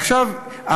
עכשיו,